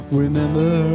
remember